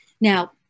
Now